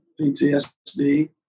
PTSD